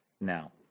now